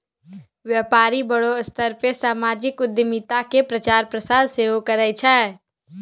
व्यपारी बड़ो स्तर पे समाजिक उद्यमिता के प्रचार प्रसार सेहो करै छै